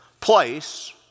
place